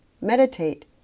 meditate